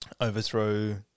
overthrow